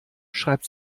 schreibt